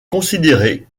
considéré